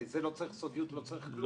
לזה לא צריך סודיות, לא צריך כלום.